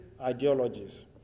ideologies